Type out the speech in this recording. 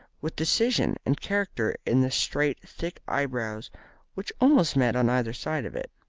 with decision and character in the straight thick eyebrows which almost met on either side of it.